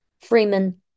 Freeman